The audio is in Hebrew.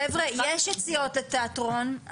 חבר'ה, יש יציאות לתיאטרון.